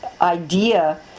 idea